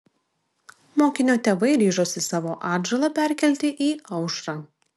mokinio tėvai ryžosi savo atžalą perkelti į aušrą